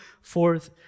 forth